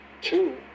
two